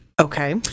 Okay